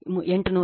6 var